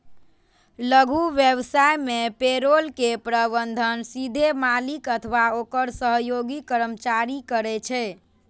लघु व्यवसाय मे पेरोल के प्रबंधन सीधे मालिक अथवा ओकर सहयोगी कर्मचारी करै छै